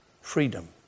Freedom